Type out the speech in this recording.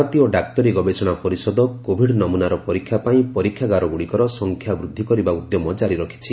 ଭାରତୀୟ ଡାକ୍ତରୀ ଗବେଷଣା ପରିଷଦ କୋଭିଡ୍ ନମୁନାର ପରୀକ୍ଷା ପାଇଁ ପରୀକ୍ଷାଗାରଗୁଡ଼ିକର ସଂଖ୍ୟା ବୃଦ୍ଧି କରିବା ଉଦ୍ୟମ ଜାରି ରଖିଛି